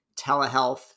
telehealth